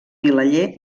vilaller